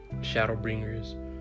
Shadowbringers